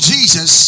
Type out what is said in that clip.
Jesus